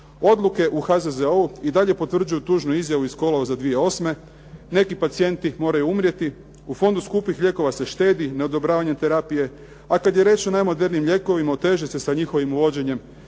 Odluke u HZZO-u i dalje potvrđuju tužnu izjavu iz kolovoza 2008. neki pacijenti moraju umrijeti u Fondu skupih lijekova se štedi neodobravanje terapije, a kada je riječ o najmodernijim lijekovima oteže se sa njihovim uvođenjem